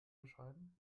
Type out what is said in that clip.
beschreiben